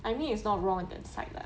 I mean it's not wrong in their side lah